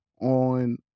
on